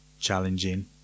Challenging